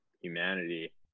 humanity